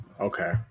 okay